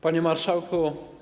Panie Marszałku!